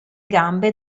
gambe